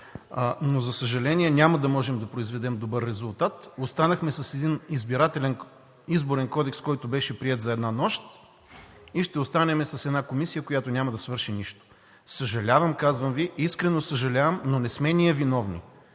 Но, за съжаление, няма да можем да произведем добър резултат. Останахме с един Изборен кодекс, който беше приет за една нощ и ще останем с една комисия, която няма да свърши нищо. Съжалявам, казвам Ви, искрено съжалявам, но не сме ние виновни.